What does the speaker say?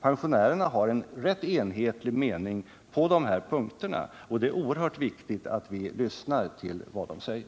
Pensionärerna har en rätt enhetlig mening på de här punkterna, och det är oerhört viktigt att vi lyssnar till vad de säger.